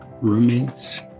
roommate's